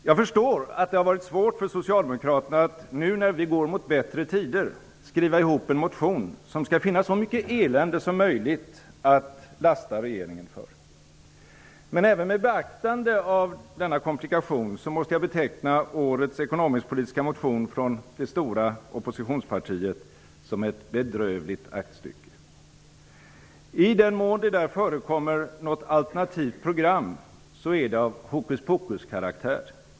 Jag förstår att det har varit svårt för socialdemokraterna att nu när vi går mot bättre tider skriva ihop en motion som skall finna så mycket elände som möjligt att lasta regeringen för. Men även med beaktande av denna komplikation måste jag beteckna årets ekonomisk-politiska motion från det stora oppositionspartiet som ett bedrövligt aktstycke. I den mån det där förekommer något alternativt program, så är det av hokus-pokus-karaktär.